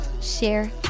share